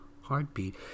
heartbeat